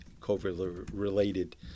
COVID-related